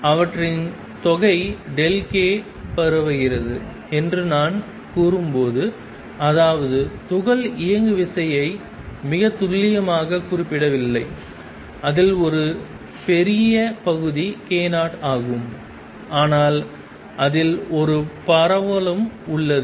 அவற்றின் தொகை k பரவுகிறது என்று நான் கூறும்போது அதாவது துகள் இயங்குவிசை மிகத் துல்லியமாகக் குறிப்பிடவில்லை அதில் ஒரு பெரிய பகுதி k 0 ஆகும் ஆனால் அதில் ஒரு பரவலும் உள்ளது